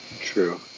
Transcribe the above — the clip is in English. True